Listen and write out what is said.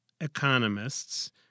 economists